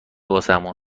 واسمون